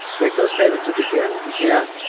make those payments if you can, if you can't,